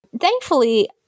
Thankfully